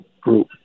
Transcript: group